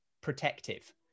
protective